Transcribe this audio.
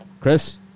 Chris